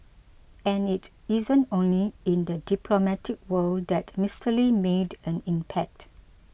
and it isn't only in the diplomatic world that Mister Lee made an impact